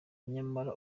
nyamara